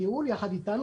לייעול ביחד אתנו.